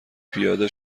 پیاده